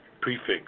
Prefix